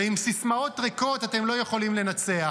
ועם סיסמאות ריקות אתם לא יכולים לנצח.